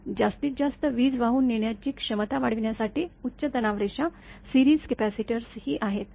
पण जास्तीत जास्त वीज वाहून नेण्याची क्षमता वाढवण्यासाठी उच्च तणावरेषा सिरीज कपॅसिटर्स ही आहेत